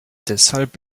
deshalb